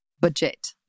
budget